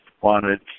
wanted